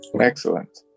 Excellent